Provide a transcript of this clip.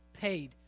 paid